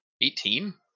Eighteen